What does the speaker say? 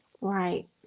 Right